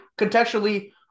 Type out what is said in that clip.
contextually